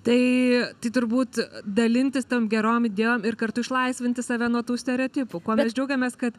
tai tai turbūt dalintis tom gerom idėjom ir kartu išlaisvinti save nuo tų stereotipų kuo mes džiaugiamės kad